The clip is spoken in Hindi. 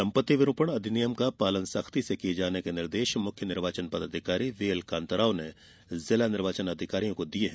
संपत्ति विरूपण अधिनियम का पालन सख्ती से किये जाने के निर्देश मुख्य निर्वाचन पदाधिकारी व्हीएल कान्ता राव ने जिला निर्वाचन अधिकारियों को दिये है